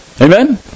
Amen